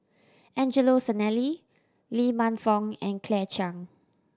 Angelo Sanelli Lee Man Fong and Claire Chiang